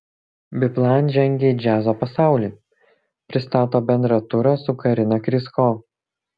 biplan žengia į džiazo pasaulį pristato bendrą turą su karina krysko